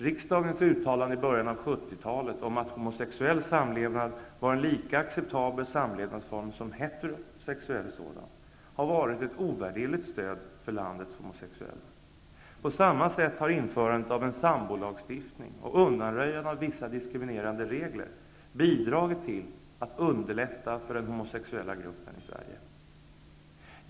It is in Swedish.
Riksdagens uttalande i början av 70-talet om att homosexuell samlevnad var en lika acceptabel samlevnadsform som heterosexuell sådan, har varit ett ovärderligt stöd för landets homosexuella. På samma sätt har införandet av en sambolagstiftning och undanröjandet av vissa diskriminerande regler bidragit till att underlätta för den homosexuella gruppen i Sverige.